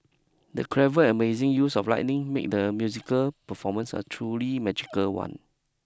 the clever and amazing use of lightning made the musical performance a truly magical one